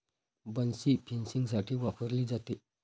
बन्सी फिशिंगसाठी वापरली जाते